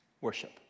Worship